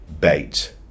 bait